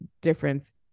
difference